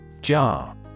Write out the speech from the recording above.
Jar